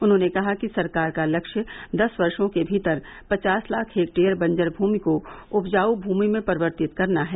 उन्होंने कहा कि सरकार का लक्ष्य दस वर्षो के भीतर पचास लाख हेक्टेयर बंजर भूमि को उपजाऊ भूमि में परिवर्तित करना है